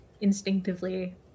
instinctively